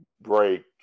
break